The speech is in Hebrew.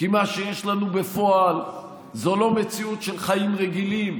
כי מה שיש לנו בפועל זה לא מציאות של חיים רגילים